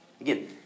Again